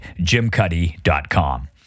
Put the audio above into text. JimCuddy.com